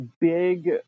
big